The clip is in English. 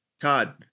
Todd